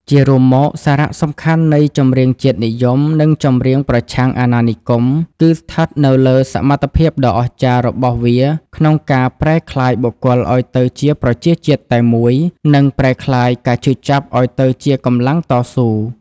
ជារួមមក សារៈសំខាន់នៃចម្រៀងជាតិនិយម និងចម្រៀងប្រឆាំងអាណានិគម គឺស្ថិតនៅលើសមត្ថភាពដ៏អស្ចារ្យរបស់វាក្នុងការប្រែក្លាយ បុគ្គលឱ្យទៅជាប្រជាជាតិតែមួយ និងប្រែក្លាយការឈឺចាប់ឱ្យទៅជាកម្លាំងតស៊ូ ។